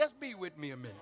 just be with me